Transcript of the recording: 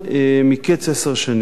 מקץ עשר שנים,